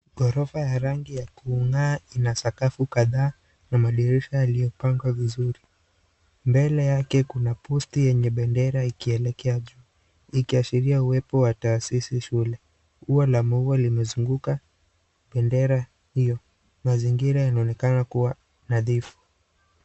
Ghorofa ya rangi ya kung'aa ina sakafu kadhaa na madirisha yaliyopangwa vizuri mbele yake kuna posti yenye bendera ikielekea juu ikiashiria uwepo ya taasisi shule uo la maua limezinguka bendera hiyo mazingira yanaonekana kuwa nadhifu.